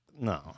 no